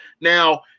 Now